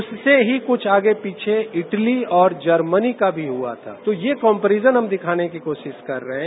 उससे ही आगे पीछे कुछ इटली और जर्मन का भी हुआ तो ये कंपेरिजन हम दिखाने की कोशिश कर रहे हैं